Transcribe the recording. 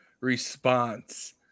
response